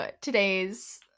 today's